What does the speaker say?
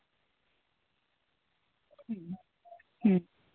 ᱦᱩᱸ ᱦᱩᱸ